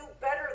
better